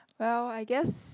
well I guess